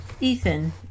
Ethan